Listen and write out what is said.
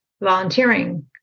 volunteering